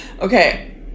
Okay